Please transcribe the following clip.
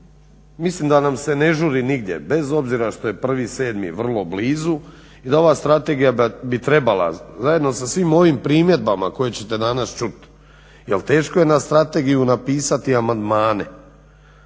mislim da nam se ne žuri nigdje bez obzira što je 1.7. vrlo blizu i da ova strategija bi trebala zajedno sa svim ovim primjedbama koje ćete danas čuti jer teško je na strategiju napisati amandmane.